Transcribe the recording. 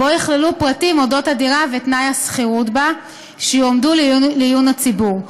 שבו ייכללו פרטים אודות הדירה ותנאי השכירות בה שיועמדו לעיון הציבור.